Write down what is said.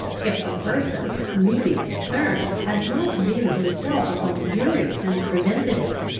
if the person really concerned had not been himself upon the jury and prevented it.